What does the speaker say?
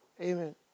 amen